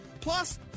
Plus